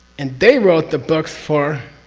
and they wrote the books for?